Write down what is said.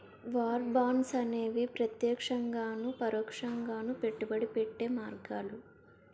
war bonds అనేవి ప్రత్యక్షంగాను పరోక్షంగాను పెట్టుబడి పెట్టే మార్గాలు